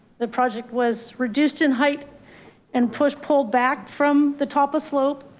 the project was reduced in height and push pulled back from the top of slope,